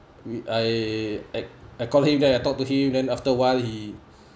we I act I call him then I talk to him then after a while he